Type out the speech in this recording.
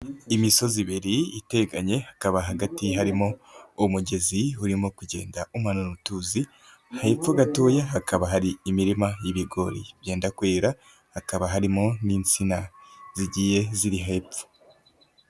imisozi ibiri iteganye, hakaba hagati harimo umugezi urimo kugenda umanura utuzi, hepfo gatoya hakaba hari imirima y'ibigoriyi byenda kwera, hakaba harimo n'insina zigiye ziri hepfo.